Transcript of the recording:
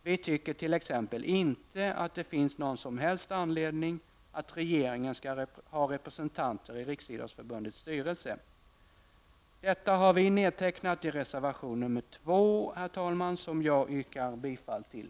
Vi tycker t.ex. inte att det finns någon som helst anledning för regeringen att ha representanter i Detta har vi nedtecknat i reservation nr 2, som jag, herr talman, yrkar bifall till.